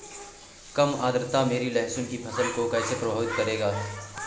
कम आर्द्रता मेरी लहसुन की फसल को कैसे प्रभावित करेगा?